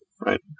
right